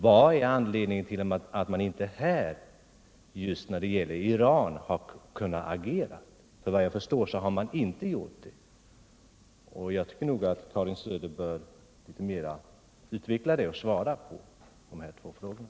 Vilken är anledningen till att regeringen inte har kunnat agera just när det gäller Iran? Vad jag förstår har man inte gjort det. Jag tycker att Karin Söder bör utveckla resonemanget och också svara på de här två frågorna.